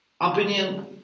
opinion